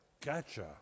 gotcha